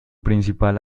principal